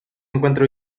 encuentra